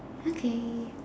okay